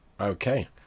Okay